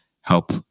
help